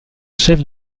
chef